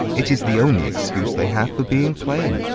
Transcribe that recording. it is the only excuse they have for being plain.